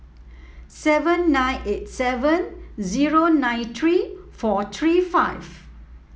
seven nine eight seven zero nine three four three five